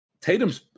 Tatum's